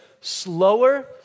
slower